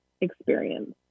experience